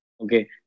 okay